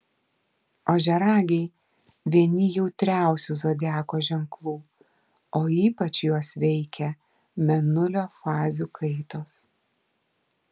ožiaragiai vieni jautriausių zodiako ženklų o ypač juos veikia mėnulio fazių kaitos